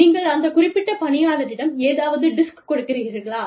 நீங்கள் அந்த குறிப்பிட்ட பணியாளரிடம் ஏதாவது டிஸ்க் கொடுக்கிறீர்களா